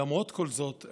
למרות כל זאת,